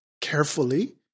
carefully